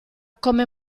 come